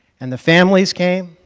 and the families came,